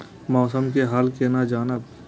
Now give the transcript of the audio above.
मौसम के हाल केना जानब?